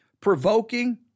provoking